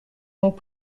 donc